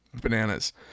Bananas